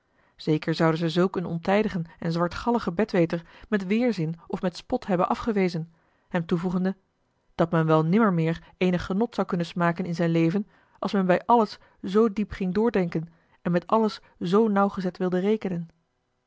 zeker zouden ze zulk een ontijdigen en zwartgalligen betweter met weêrzin osboom oussaint e of met spot hebben afgewezen hem toevoegende dat men wel nimmer meer eenig genot zou kunnen smaken in zijn leven als men bij alles zoo diep ging doordenken en met alles zoo nauwgezet wilde rekenen